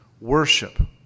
worship